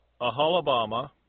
Ahalabama